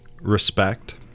respect